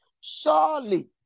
surely